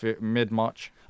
mid-March